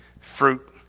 fruit